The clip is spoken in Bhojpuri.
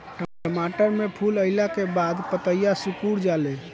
टमाटर में फूल अईला के बाद पतईया सुकुर जाले?